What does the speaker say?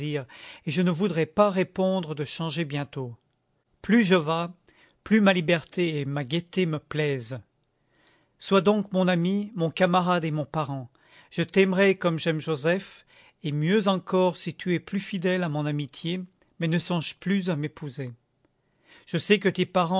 et je ne voudrais pas répondre de changer bientôt plus je vas plus ma liberté et ma gaieté me plaisent sois donc mon ami mon camarade et mon parent je t'aimerai comme j'aime joseph et mieux encore si tu es plus fidèle à mon amitié mais ne songe plus à m'épouser je sais que tes